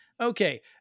Okay